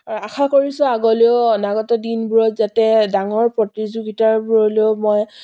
আৰু আশা কৰিছোঁ আগলৈও অনাগত দিনবোৰত যাতে ডাঙৰ প্ৰতিযোগিতাবোৰলৈও মই